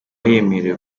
yemerewe